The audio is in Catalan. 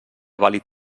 vàlid